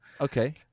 Okay